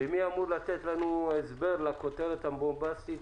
מי אמור לתת לנו הסבר לכותרת הבומבסטית